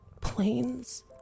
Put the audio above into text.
Planes